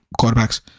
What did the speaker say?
quarterbacks